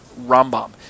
Rambam